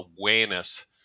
awareness